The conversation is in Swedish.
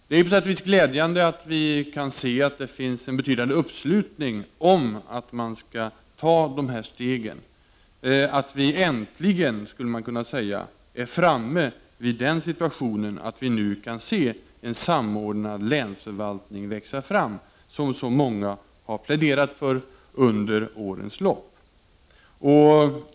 Det är på sätt och vis glädjande att se att det finns en betydande uppslutning bakom förslaget att vi skall ta de här stegen; att vi äntligen är i den situationen att vi nu kan se en samordnad länsförvaltning växa fram, vilket så många har pläderat för under årens lopp.